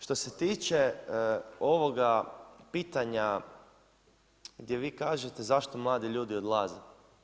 Što se tiče ovoga pitanja gdje vi kažete zašto mladi ljudi odlaze?